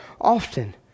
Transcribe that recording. often